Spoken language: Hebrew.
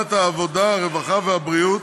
בוועדת העבודה, הרווחה והבריאות,